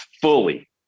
fully